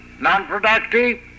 non-productive